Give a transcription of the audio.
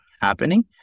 happening